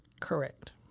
Correct